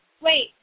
wait